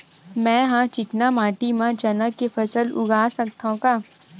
मै ह चिकना माटी म चना के फसल उगा सकथव का?